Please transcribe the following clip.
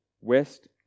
west